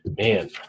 Man